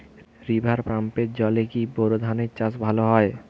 River পাম্পের জলে কি বোর ধানের চাষ ভালো হয়?